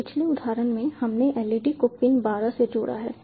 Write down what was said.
तो पिछले उदाहरण में हमने LED को पिन 12 से जोड़ा है